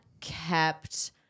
kept